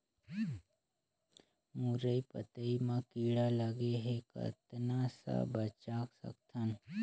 मुरई पतई म कीड़ा लगे ह कतना स बचा सकथन?